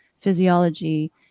physiology